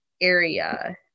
area